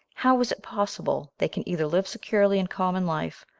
how is it possible they can either live securely in common life,